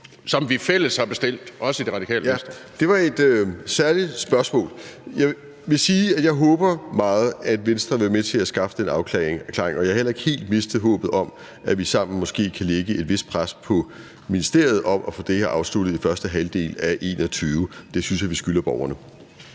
(Karen Ellemann): Værsgo. Kl. 14:08 Martin Lidegaard (RV): Ja, det var et særligt spørgsmål. Jeg vil sige, at jeg håber meget, at Venstre vil være med til at skaffe den afklaring. Og jeg har heller ikke helt mistet håbet om, at vi sammen måske kan lægge et vist pres på ministeriet for at få det her afsluttet i første halvdel af 2021. Det synes jeg vi skylder borgerne.